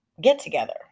get-together